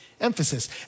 emphasis